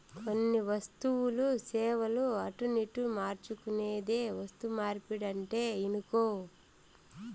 కొన్ని వస్తువులు, సేవలు అటునిటు మార్చుకునేదే వస్తుమార్పిడంటే ఇనుకో